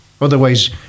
Otherwise